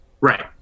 Right